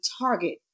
target